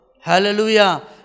Hallelujah